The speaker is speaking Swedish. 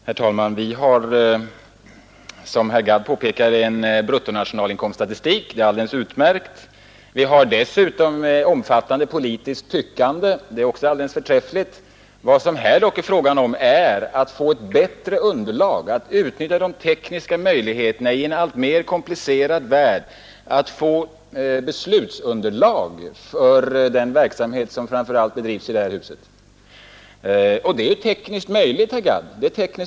Herr talman! Vi har, som herr Gadd påpekade, en bruttonationalinkomststatistik — och det är alldeles utmärkt. Vi har dessutom ett omfattande politiskt tyckande — det är också alldeles förträffligt. Vad det här gäller är dock att få ett bättre beslutsunderlag för detta tyckande, dvs. den verksamhet som bedrivs i detta hus, och att därvid kunna utnyttja de tekniska möjligheterna till detta i en alltmer komplicerad värld. Sådana tekniska möjligheter finns, herr Gadd.